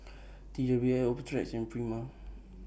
T W Optrex and Prima